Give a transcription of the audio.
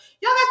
Y'all